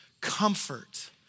Comfort